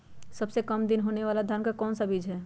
सबसे काम दिन होने वाला धान का कौन सा बीज हैँ?